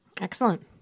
Excellent